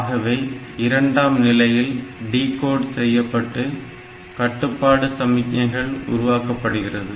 ஆகவே இரண்டாம் நிலையில் டிகோட் செய்யப்பட்டு கட்டுப்பாடு சமிக்ஞைகள் உருவாக்கப்படுகிறது